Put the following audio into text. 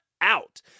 out